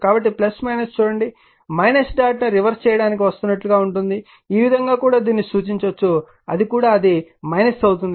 కాబట్టి చూడండి డాట్ ను రివర్స్ చేయడానికి వస్తున్నట్లుగా ఉంటుంది ఈ విధంగా కూడా దీన్ని సూచించవచ్చు అది కూడా అది అవుతుంది